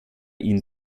ihn